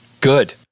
Good